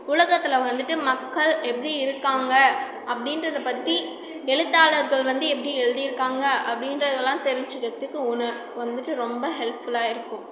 உலகத்தில் வந்துவிட்டு மக்கள் எப்படி இருக்காங்க அப்படின்றதப் பற்றி எழுத்தாளர்கள் வந்து எப்படி எழுதிருக்காங்க அப்படின்றதுலாம் தெரிஞ்சுக்கிறதுக்கு உண வந்துவிட்டு ரொம்ப ஹெல்ப்ஃபுல்லாக இருக்கும்